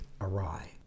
awry